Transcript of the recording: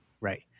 Right